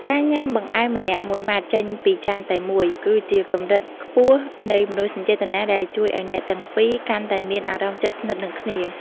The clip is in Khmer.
ការញ៉ាំបង្អែមម្នាក់មួយម៉ាត់ចេញពីចានតែមួយ គឺជាកម្រិតខ្ពស់នៃមនោសញ្ចេតនាដែលជួយឱ្យអ្នកទាំងពីរកាន់តែមានអារម្មណ៍ជិតស្និទ្ធនឹងគ្នា។